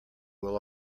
will